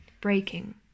Breaking